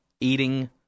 eating